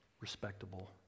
respectable